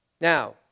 Now